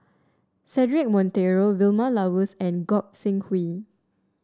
Cedric Monteiro Vilma Laus and Gog Sing Hooi